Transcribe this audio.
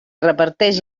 reparteix